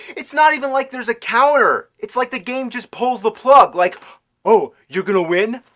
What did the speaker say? it's not even like there's a counter, it's like the game just pulls the plug! like oh, you're gonna win?